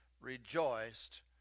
rejoiced